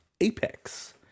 Apex